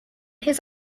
his